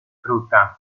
frutta